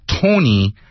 Tony